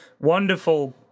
Wonderful